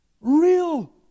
real